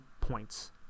points